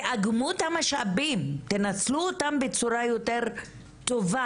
תאגמו את המשאבים, נצלו אותם בצורה יותר טובה,